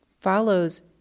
follows